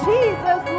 Jesus